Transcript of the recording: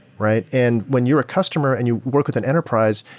right? and when you're a customer and you work with an enterprise,